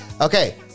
Okay